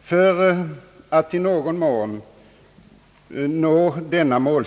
För att i någon mån uppnå detta mål